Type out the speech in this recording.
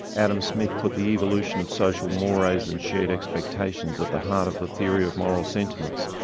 adam smith put the evolution of social mores and shared expectations at the heart of the theory of moral sentiments,